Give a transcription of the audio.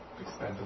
expensive